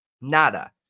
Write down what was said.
nada